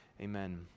Amen